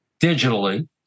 digitally